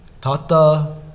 Tata